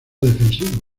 defensivo